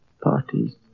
Parties